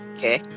Okay